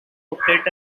operate